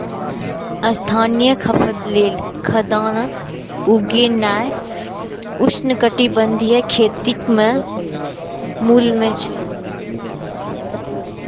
स्थानीय खपत लेल खाद्यान्न उगेनाय उष्णकटिबंधीय खेतीक मूल मे छै